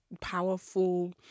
powerful